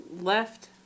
left